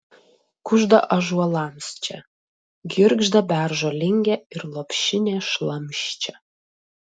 kužda ąžuolams čia girgžda beržo lingė ir lopšinė šlamščia